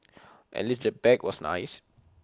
at least the bag was nice